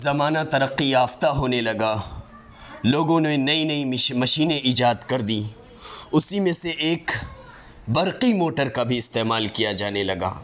زمانہ ترقی یافتہ ہونے لگا لوگوں نے نئی نئی مشینیں ایجاد کر دیں اسی میں سے ایک برقی موٹر کا بھی استعمال کیا جانے لگا